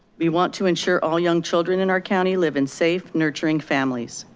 we want to ensure all young children in our county live in safe nurturing families.